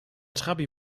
trabi